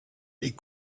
les